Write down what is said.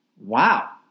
wow